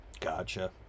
gotcha